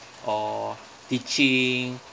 or teaching